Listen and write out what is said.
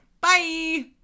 Bye